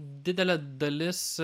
didelė dalis